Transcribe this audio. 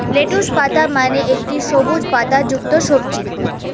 lettuce পাতা মানে একটি সবুজ পাতাযুক্ত সবজি